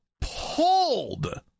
pulled